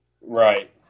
Right